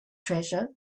treasure